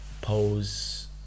pose